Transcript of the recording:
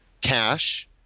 cash